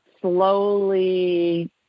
slowly